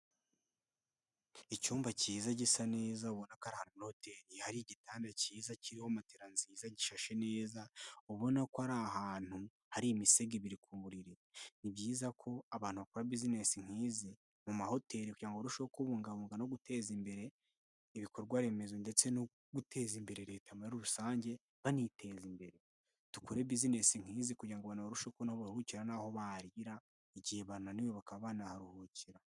Icyumba cyiza gisa neza, ubona ko ari ahantu muri hoteri hari igitanda cyiza kiriho matela nziza gishashe neza, ubona ko ari ahantu hari imisego ibiri ku buriri. Ni byiza ko abantu bakora bizinesi nk'izi, mu mahoteli kugira ngo barusheho kubungabunga no guteza imbere ibikorwaremezo ndetse no guteza imbere leta muri rusange baniteza imbere. Dukore bizinesi nk'izi kugira ngo abantu barusheho kubona aho bahukira n'aho barira, igihe bananiwe bakaba banaharuhukira.